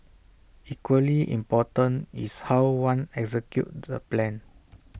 equally important is how one executes the plan